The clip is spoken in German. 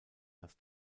dass